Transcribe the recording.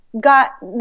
got